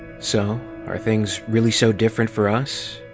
so? are things really so different for us?